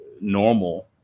normal